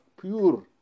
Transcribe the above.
pure